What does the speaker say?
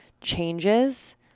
changes